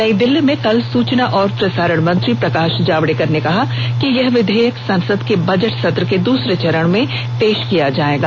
नई दिल्ली में कल सूचना और प्रसारण मंत्री प्रकाश जावड़ेकर ने कहा कि यह विधेयक संसद के बजट सत्र के दूसरे चरण में पेश किया जायेगा